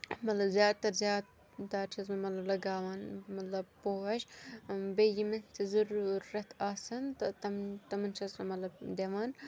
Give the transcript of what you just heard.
مطلب زیادٕ تَر زیادٕ تَر چھَس بہٕ مطلب لگاوان مطلب پوش بیٚیہِ یِمہِ تہِ ضٔروٗرت آسَن تہٕ تم تمَن چھَس بہٕ مطلب دِوان